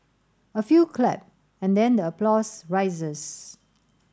a few clap and then the applause rises